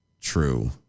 True